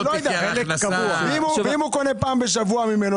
אני לא יודע, ואם הוא קונה פעם בשבוע ממנו?